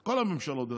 כל הממשלות,